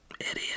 idiot